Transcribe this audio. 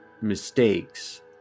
mistakes